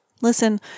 Listen